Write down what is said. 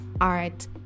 art